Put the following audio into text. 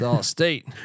State